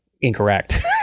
incorrect